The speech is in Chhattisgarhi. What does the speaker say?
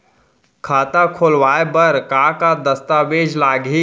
खाता खोलवाय बर का का दस्तावेज लागही?